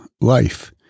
life